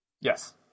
yes